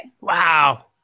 Wow